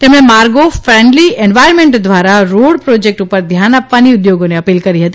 તેમણે માર્ગો friendly environment દ્વારા રોડ પ્રોજેકટ ઉપર ધ્યાન આપવાની ઉધોગને અપીલ કરી હતી